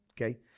Okay